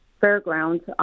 fairgrounds